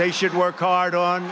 they should work hard on